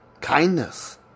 kindness